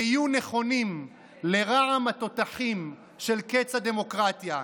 היו נכונים לרעם התותחים של "קץ הדמוקרטיה"